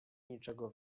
niczego